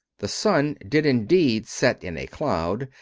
the sun did indeed set in a cloud,